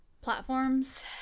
platforms